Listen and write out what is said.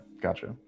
Gotcha